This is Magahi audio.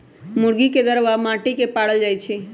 मुर्गी के दरबा माटि के पारल जाइ छइ